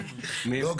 לא,